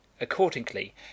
Accordingly